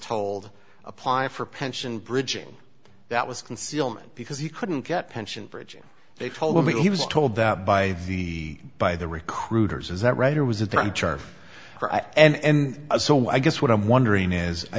told apply for pension bridging that was concealment because he couldn't get pension bridge and they told him he was told that by the by the recruiters is that right or was it there and so i guess what i'm wondering is i